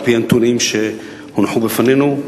על-פי הנתונים שהונחו בפנינו,